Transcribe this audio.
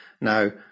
Now